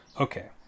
okay